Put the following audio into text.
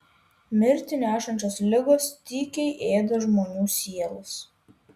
mirtį nešančios ligos tykiai ėda žmonių sielas